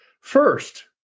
First